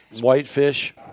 whitefish